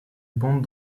bandes